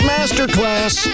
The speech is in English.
Masterclass